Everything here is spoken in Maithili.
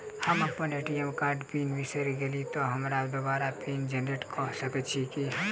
हम अप्पन ए.टी.एम कार्डक पिन बिसैर गेलियै तऽ हमरा दोबारा पिन जेनरेट कऽ सकैत छी की?